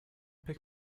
pick